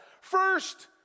First